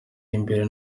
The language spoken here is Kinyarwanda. imbere